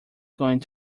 going